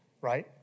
right